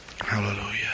Hallelujah